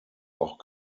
auch